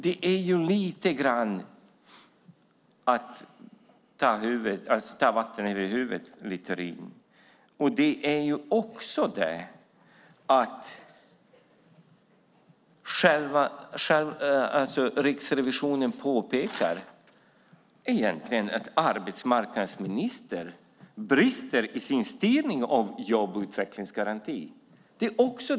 Detta är lite grann att ta sig vatten över huvudet, Littorin. Riksrevisionen påpekar också att arbetsmarknadsministern brister i sin styrning av jobb och utvecklingsgarantin.